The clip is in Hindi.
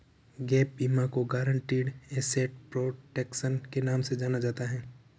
गैप बीमा को गारंटीड एसेट प्रोटेक्शन के नाम से जाना जाता है